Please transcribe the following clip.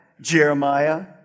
Jeremiah